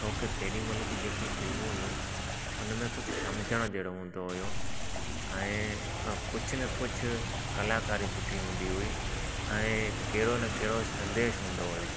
तेॾी महिल जी जेकी फिल्मूं हुयूं उनमें कुझु सम्झणु जहिड़ो हूंदो हुयो ऐं कुझु न कुझु कलाकारी सुठी हूंदी हुई ऐं कहिड़ो न कहिड़ो संदेश हूंदो हुयो